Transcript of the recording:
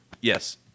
Yes